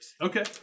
Okay